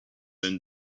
own